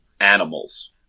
animals